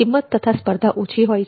કિંમત તથા સ્પર્ધા ઓછી હોય છે